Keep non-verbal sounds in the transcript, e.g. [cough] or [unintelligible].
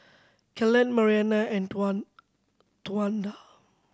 Kellan Marianna and [unintelligible] Towanda